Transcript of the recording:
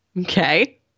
Okay